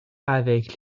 avec